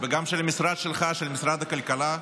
וגם של המשרד שלך, משרד הכלכלה,